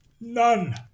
none